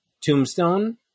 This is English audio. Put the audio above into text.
Tombstone